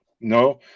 No